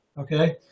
okay